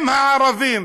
אם הערבים,